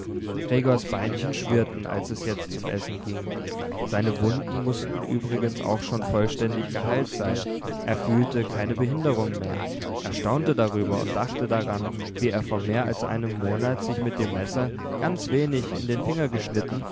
gregors beinchen schwirrten als es jetzt zum essen ging seine wunden mußten übrigens auch schon vollständig geheilt sein er fühlte keine behinderung mehr er staunte darüber und dachte daran wie er vor mehr als einem monat sich mit dem messer ganz wenig in den finger geschnitten